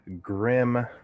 grim